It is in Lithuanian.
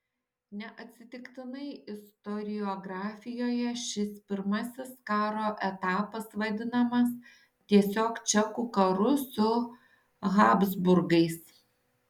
neatsitiktinai istoriografijoje šis pirmasis karo etapas vadinamas tiesiog čekų karu su habsburgais